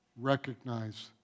recognize